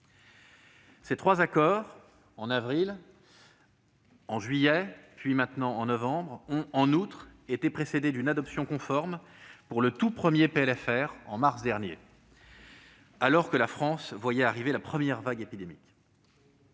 Ces trois accords, en avril, en juillet et en ce mois de novembre, ont, en outre, été précédés d'une adoption conforme du tout premier PLFR de 2020, en mars dernier, alors que la France voyait arriver la première vague épidémique.